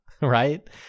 right